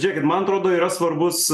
žėkit man atrodo yra svarbus